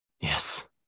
Yes